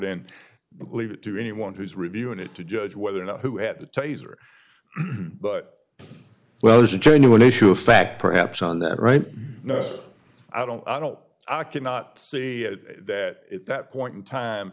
and leave it to anyone who's reviewing it to judge whether or not who had the taser but well there's a genuine issue fact perhaps on that right now i don't i don't i cannot see that at that point in time